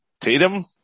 Tatum